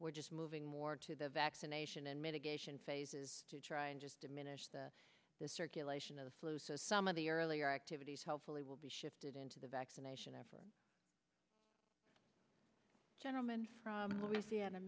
we're just moving more to the vaccination and mitigation phase is to try and just diminish the the circulation of the flu so some of the earlier activities hopefully will be shifted into the vaccination effort gentleman from louisiana